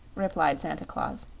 replied santa claus.